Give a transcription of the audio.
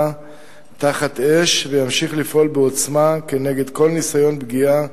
תחת אש וימשיך לפעול בעוצמה כנגד כל ניסיון פגיעה